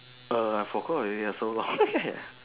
err I forgot already so long ya